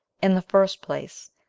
in the first place,